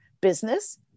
business